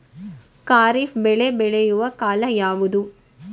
ಖಾರಿಫ್ ಬೆಳೆ ಬೆಳೆಯುವ ಕಾಲ ಯಾವುದು?